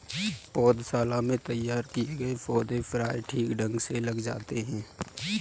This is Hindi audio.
पौधशाला में तैयार किए गए पौधे प्रायः ठीक ढंग से लग जाते हैं